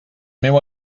meu